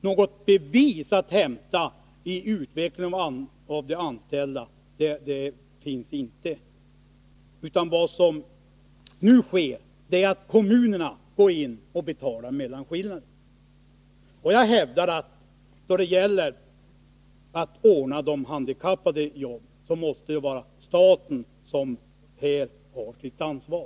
Något bevis finns inte att hämta i utvecklingen av antalet anställda, utan vad som nu sker är att kommunerna går in och betalar mellanskillnaden. Jag hävdar att då det gäller att ordna jobb åt de handikappade måste staten ta sitt ansvar.